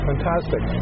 Fantastic